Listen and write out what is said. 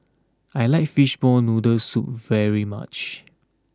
I like Fishball Noodle Soup very much